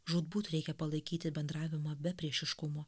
žūtbūt reikia palaikyti bendravimą be priešiškumo